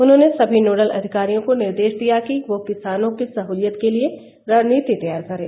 उन्होंने सभी नोडल अधिकारियो को निर्देश दिया कि वह किसानों की सह्लियत के लिये रणनीति तैयार करें